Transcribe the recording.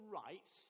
right